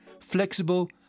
flexible